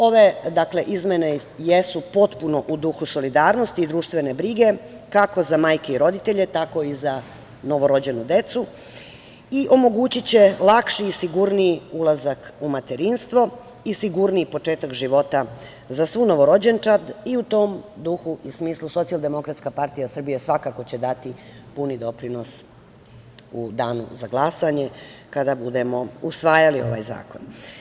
Ove izmene jesu potpuno u duhu solidarnosti i društvene brige kako za majke i roditelje, tako i za novorođenu decu i omogućiće lakši i sigurniji ulazak u materinstvo i sigurniji početak života za svu novorođenčad i u tom duhu i smislu SDPS svakako će dati puni doprinos u danu za glasanje kada budemo usvajali ovaj zakon.